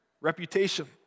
Reputation